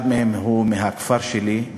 אחד מהם הוא מהכפר שלי,